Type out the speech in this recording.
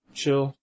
chill